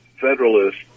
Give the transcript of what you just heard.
federalist